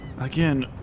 Again